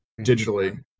digitally